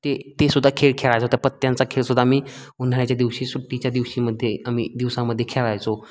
ते तेसुद्धा खेळ खेळायचं होतं पत्त्यांचा खेळसुद्धा आम्ही उन्हाळ्याच्या दिवशी सुट्टीच्या दिवशीमध्ये आम्ही दिवसामध्ये खेळायचो